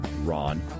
Ron